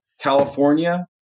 California